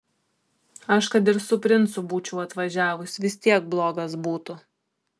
aš kad ir su princu būčiau atvažiavus vis tiek blogas būtų